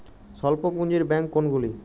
স্বল্প পুজিঁর ব্যাঙ্ক কোনগুলি?